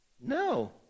No